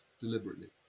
deliberately